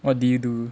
what do you do